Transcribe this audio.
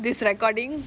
this recording